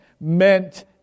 meant